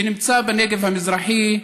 שנמצא בנגב המזרחי,